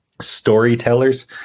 storytellers